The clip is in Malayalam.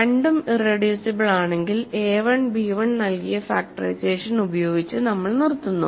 രണ്ടും ഇറെഡ്യൂസിബിൾ ആണെങ്കിൽ a1 b1 നൽകിയ ഫാക്ടറൈസേഷൻ ഉപയോഗിച്ച് നമ്മൾ നിർത്തുന്നു